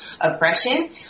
oppression